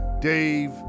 Dave